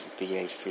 BAC